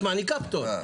את מעניקה פטור.